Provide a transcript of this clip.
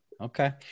Okay